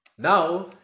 Now